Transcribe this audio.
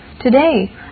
Today